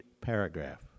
paragraph